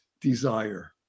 desire